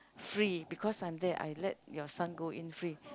free because I'm there I let your son go in free